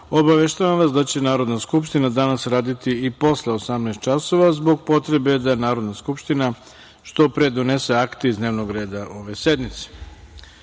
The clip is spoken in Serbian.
obaveštavam vas da će Narodna skupština danas raditi i posle 18.00 časova zbog potrebe da Narodna skupština što pre donese akte iz dnevnog reda ove sednice.Za